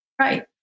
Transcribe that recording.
right